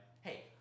Hey